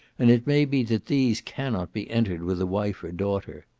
and it may be that these cannot be entered with a wife or daughter.